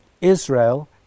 Israel